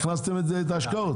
הכנסת את זה להשקעות,